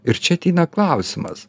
ir čia ateina klausimas